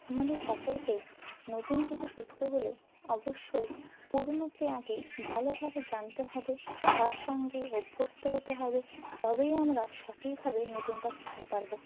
আমাদের সকলকেই নতুন কিছু শিখতে হলে অবশ্যই পুরনোকে আগে ভালোভাবে জানতে হবে তার সঙ্গে অভ্যস্ত হতে হবে তবেই আমরা সঠিকভাবে নতুনটা শিখতে পারবো